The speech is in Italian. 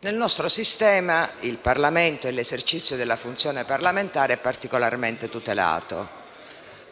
Nel nostro sistema il Parlamento e l'esercizio della funzione parlamentare sono particolarmente tutelati,